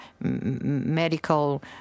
medical